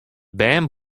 bern